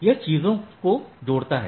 यह चीजों की जोड़ता है